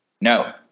No